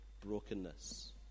brokenness